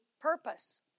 purpose